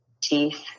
teeth